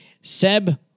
Seb